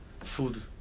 food